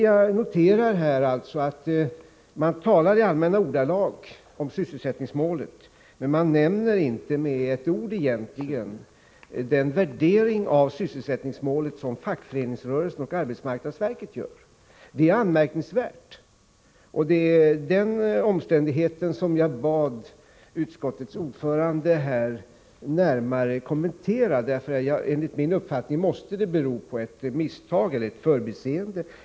Jag noterar att man i allmänna ordalag talar om sysselsättningsmålet men egentligen inte med ett enda ord nämner den värdering av sysselsättningsmålet som fackföreningsrörelsen och arbetsmarknadsverket gör. Det är anmärkningsvärt. Det är också den omständigheten som jag bad utskottets ordförande att närmare kommentera. Enligt min uppfattning måste det bero på ett misstag eller ett förbiseende.